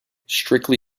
strictly